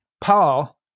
Paul